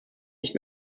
nicht